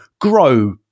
grow